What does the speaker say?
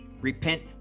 repent